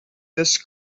this